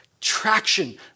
traction